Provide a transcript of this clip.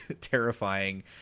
terrifying